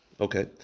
Okay